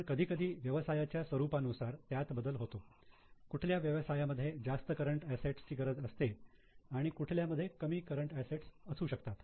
पण कधीकधी व्यवसायाच्या स्वरूपानुसार त्यात बदल होतो कुठल्या व्यवसायामध्ये जास्त करंट असेट्स ची गरज असते आणि कुठल्या मध्ये कमी करंट असेट्स असू शकतात